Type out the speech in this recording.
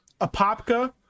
Apopka